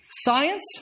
Science